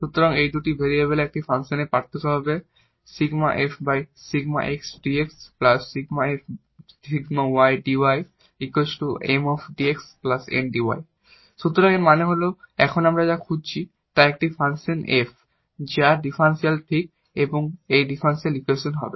সুতরাং এই দুটি ভেরিয়েবলের একটি ফাংশনের পার্থক্য হবে সুতরাং এর মানে হল এখন আমরা যা খুঁজছি তা একটি ফাংশন f যার ডিফারেনশিয়াল ঠিক এই ডিফারেনশিয়াল ইকুয়েশন হবে